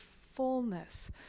fullness